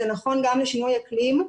זה נכון גם לשינוי אקלים.